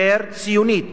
יותר ציונית.